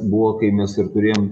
buvo kai mes ir turėjom